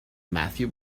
matthew